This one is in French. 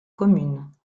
commune